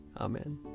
Amen